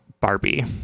Barbie